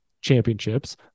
championships